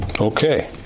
Okay